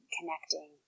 connecting